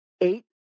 eight